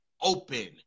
open